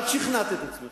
את שכנעת את עצמך.